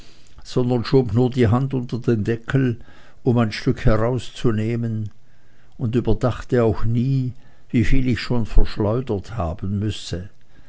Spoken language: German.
sondern schob nur die hand unter den deckel um ein stück herauszunehmen und überdachte auch nie wieviel ich schon verschleudert haben müsse